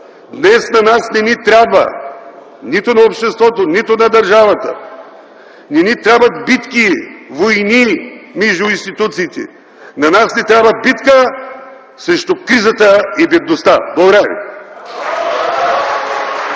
дами и господа, днес нито на обществото, нито на държавата не ни трябват битки, войни между институциите. На нас ни трябва битка срещу кризата и бедността. Благодаря Ви.